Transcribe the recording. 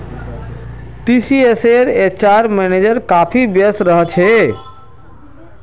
टीसीएसेर HR manager काफी व्यस्त रह छेक